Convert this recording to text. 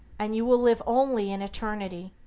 and you will live only in eternity.